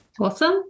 Awesome